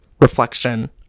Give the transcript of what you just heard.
reflection